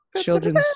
children's